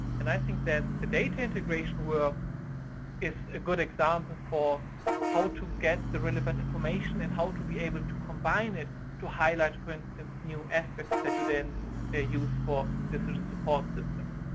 and i think that the data integration work is a good example for how to get the relevant information, and how to be able to combine it to highlight, for instance, new aspects that you then ah use for decision support systems.